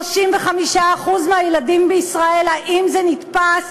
35% מהילדים בישראל, האם זה נתפס?